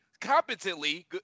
competently